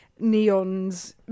neons